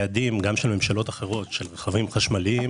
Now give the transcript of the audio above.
יעדים גם של ממשלות אחרות של רכבים חשמליים,